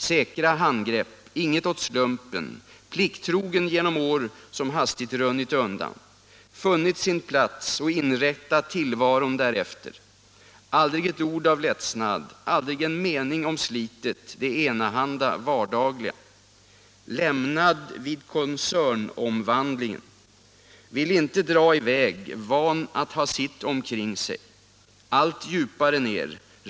Säkra handgrepp, inget åt slumpen, plikttrogen genom år som hastigt runnit undan. Funnit sin plats och inrättat tillvaron därefter. Aldrig ett ord av ledsnad, aldrig en mening om slitet — det enahanda, vardagliga. Lämnad vid koncernomvandlingen. Ville inte dra iväg, van att ha sitt omkring sig. Allt djupare ner.